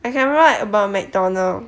I can write about mcdonald